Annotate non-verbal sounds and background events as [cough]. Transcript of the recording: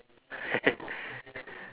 [laughs]